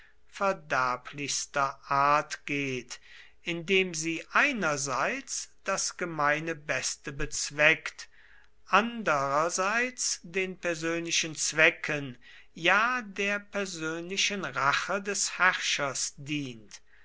verderblichster art geht indem sie einerseits das gemeine beste bezweckt andererseits den persönlichen zwecken ja der persönlichen rache des herrschers dient